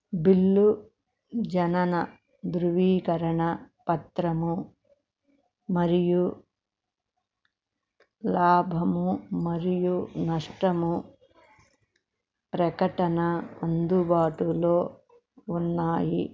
bill జనన ధృవీకరణ పత్రము మరియు లాభము మరియు నష్టము ప్రకటన అందుబాటులో ఉన్నాయి